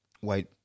white